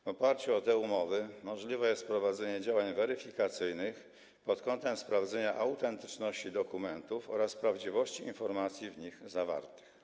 W oparciu o te umowy możliwe jest prowadzenie działań weryfikacyjnych pod kątem sprawdzenia autentyczności dokumentów oraz prawdziwości informacji w nich zawartych.